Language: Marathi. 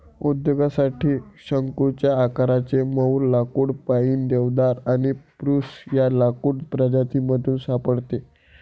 उद्योगासाठी शंकुच्या आकाराचे मऊ लाकुड पाईन, देवदार आणि स्प्रूस या लाकूड प्रजातीमधून सापडते